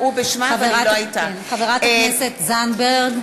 חברת הכנסת זנדברג.